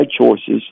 choices